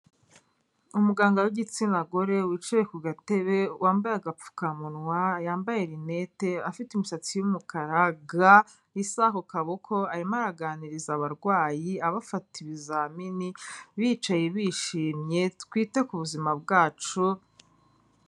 Umuganga w'igitsina gore wicaye ku gatebe wambaye agapfukamunwa yambaye rinete, afite imisatsi y'umukara, ga, isaha ku kaboko, arimo araganiriza abarwayi abafata ibizamini bicaye bishimye, twita ku buzima bwacu.